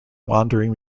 wandering